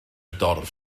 dorf